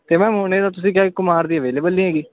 ਅਤੇ ਮੈਮ ਹੁਣੇ ਤਾਂ ਤੁਸੀਂ ਕੁਮਾਰ ਦੀ ਅਵੇਲੇਬਲ ਨਹੀਂ ਹੈਗੀ